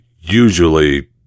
usually